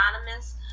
anonymous